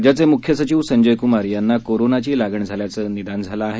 राज्याचे मुख्य सचिव संजय कुमार यांना कोरोनाचा बाधा झाल्याचं उघड झालं आहे